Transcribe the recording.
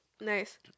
nice